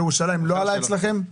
ירושלים לא עלה אצלכם?